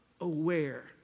aware